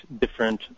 different